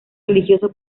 religioso